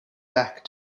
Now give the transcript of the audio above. back